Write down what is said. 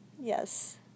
Yes